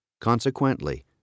Consequently